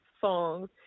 songs